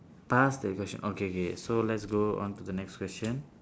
pass the question okay K so let's go on to the next question